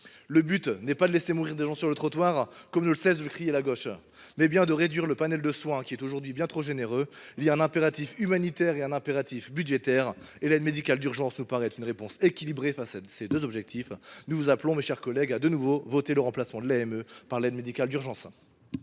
Le but n’est pas de laisser mourir des gens sur le trottoir, comme ne cesse de le crier la gauche, mais de réduire le panel de soins qui est aujourd’hui bien trop généreux. Il y a un impératif humanitaire et un impératif budgétaire, et l’aide médicale d’urgence nous paraît une réponse équilibrée face à ces deux objectifs. Nous vous appelons, mes chers collègues, à voter de nouveau le remplacement de l’AME par l’aide médicale d’urgence.